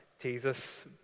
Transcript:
Jesus